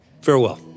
Farewell